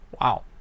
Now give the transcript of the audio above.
wow